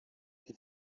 die